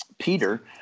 Peter